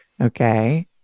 okay